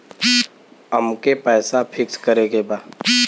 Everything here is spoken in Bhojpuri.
अमके पैसा फिक्स करे के बा?